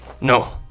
No